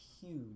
huge